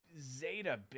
Zeta